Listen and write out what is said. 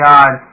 God